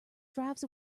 drives